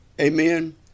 Amen